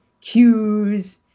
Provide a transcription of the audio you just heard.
cues